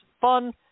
fun